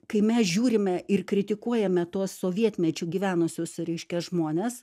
kai mes žiūrime ir kritikuojame tuos sovietmečiu gyvenusius reiškia žmones